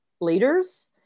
leaders